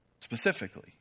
specifically